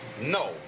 no